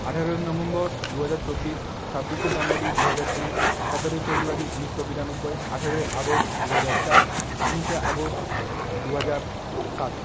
আঠারোই নভেম্বর দুহাজার চব্বিশ ছাব্বিশে জানুয়ারি দুহাজার তিন সতেরোই ফেব্রুয়ারি উনিশশো বিরানব্বই আঠারোই আগস্ট দুহাজার চার উনিশে আগস্ট দুহাজার সাত